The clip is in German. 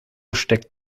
steckt